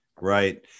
Right